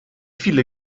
viele